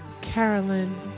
Carolyn